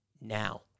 now